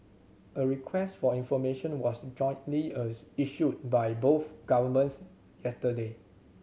a request for information was jointly issued by both governments yesterday